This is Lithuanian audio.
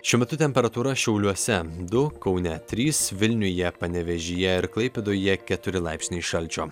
šiuo metu temperatūra šiauliuose du kaune trys vilniuje panevėžyje ir klaipėdoje keturi laipsniai šalčio